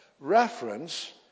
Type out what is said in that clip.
Reference